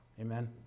Amen